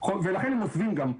ולכן הם עוזבים גם,